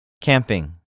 Camping